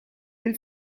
del